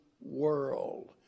world